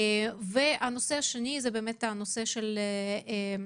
הנושא השני זה נושא הניכויים,